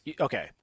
Okay